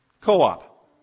Co-op